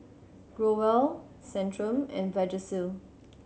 Growell Centrum and Vagisil